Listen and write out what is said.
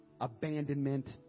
abandonment